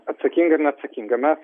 atsakinga neatsakinga